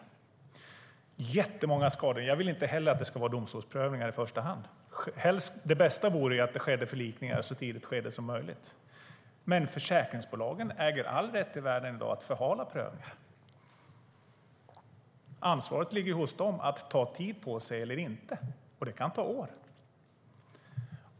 Det är jättemånga skador; jag vill inte heller att det ska vara domstolsprövningar i första hand. Det bästa vore att det skedde förlikningar i ett så tidigt skede som möjligt. Men försäkringsbolagen äger i dag all rätt i världen att förhala prövningar. Ansvaret för att ta tid på sig eller inte ligger hos dem, och det kan ta år.